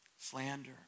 slander